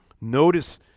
Notice